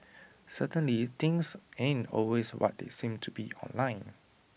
certainly things aren't always what they seem to be online